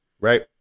right